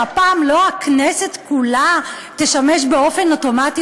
שהפעם לא הכנסת כולה תשמש באופן אוטומטי